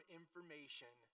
information